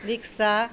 রিক্শা